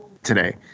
today